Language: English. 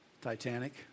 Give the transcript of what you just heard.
Titanic